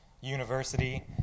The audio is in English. University